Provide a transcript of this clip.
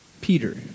Peter